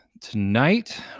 Tonight